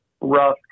rough